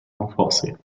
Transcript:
renforcer